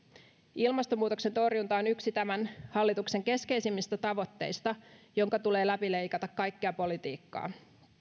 ilmastonmuutoksen torjunta on yksi tämän hallituksen keskeisimmistä tavoitteista jonka tulee läpileikata kaikkea politiikkaa